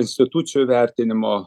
institucijų vertinimo